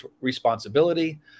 responsibility